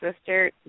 sister